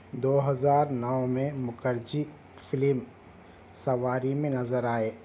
دو ہزار نو میں مکھرجی فلم سواری میں نظر آئے